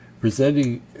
presenting